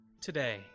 Today